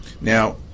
Now